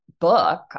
book